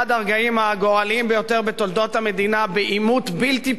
הגורליים ביותר בתולדות המדינה בעימות בלתי פוסק,